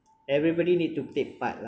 everybody need to take part lah